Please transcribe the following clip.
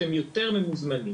אתם יותר ממוזמנים.